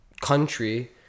country